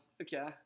Okay